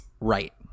Right